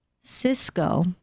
Cisco